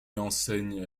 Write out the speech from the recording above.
enseigne